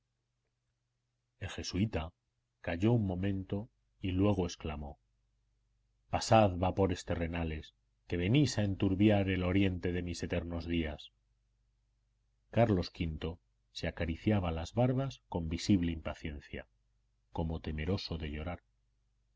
el jesuita calló un momento y luego exclamó pasad vapores terrenales que venís a enturbiar el oriente de mis eternos días carlos v se acariciaba las barbas con visible impaciencia como temeroso de llorar